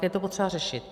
Je to potřeba řešit.